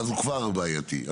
זה כבר בעייתי.